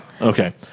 Okay